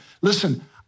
Listen